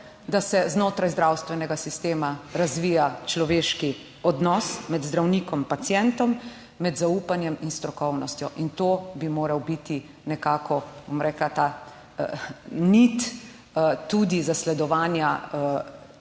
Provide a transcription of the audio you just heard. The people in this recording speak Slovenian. da se znotraj zdravstvenega sistema razvija človeški odnos med zdravnikom, pacientom, med zaupanjem in strokovnostjo. In to bi moral biti nekako, bom rekla, ta nit tudi zasledovanja